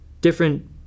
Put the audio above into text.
different